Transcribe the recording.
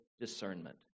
discernment